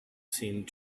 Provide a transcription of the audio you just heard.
seemed